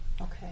Okay